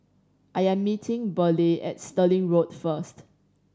I am meeting Burleigh at Stirling Road first